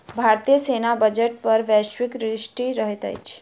भारतीय सेना बजट पर वैश्विक दृष्टि रहैत अछि